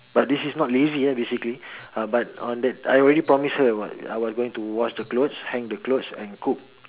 but this is not lazy ah basically uh but on the I already promise her wa~ I was going to wash the clothes hang the clothes and cook